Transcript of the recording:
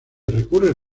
recurre